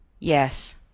yes